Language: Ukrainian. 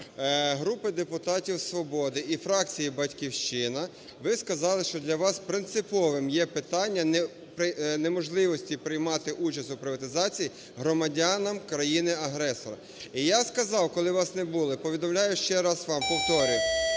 групи депутатів "Свободи" і фракції "Батьківщина", ви сказали, що для вас принциповим є питання неможливості приймати участь у приватизації громадянам країни-агресора. І я сказав, коли вас не було, повідомляю ще раз вам, повторюю: